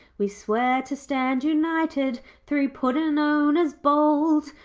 we swear to stand united, three puddin'-owners bold.